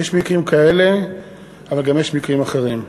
יש מקרים כאלה אבל גם יש מקרים אחרים.